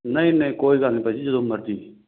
ਨਹੀਂ ਨਹੀਂ ਕੋਈ ਗੱਲ ਨਹੀਂ ਭਾਅ ਜੀ ਜਦੋਂ ਮਰਜ਼ੀ